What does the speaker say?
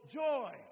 joy